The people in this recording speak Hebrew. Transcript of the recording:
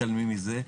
מתעלמים מזה,